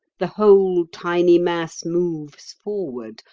the whole tiny mass moves forward,